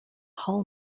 hull